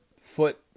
foot